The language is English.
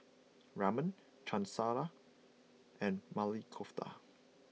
Ramen Chana Masala and Maili Kofta